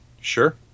Sure